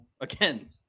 again